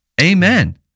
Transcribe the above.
Amen